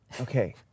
Okay